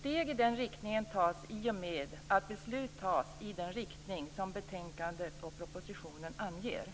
Steg i den riktningen tas i och med att beslut tas i den riktning som betänkandet och propositionen anger.